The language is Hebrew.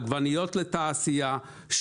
עגבניות לתעשייה,